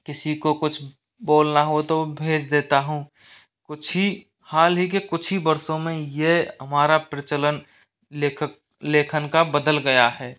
किसी को कुछ बोलना हो तो भेज देता हूँ कुछ ही हाल ही के कुछ ही वर्षों में यह हमारा प्रचलन लेखक लेखन का बदल गया है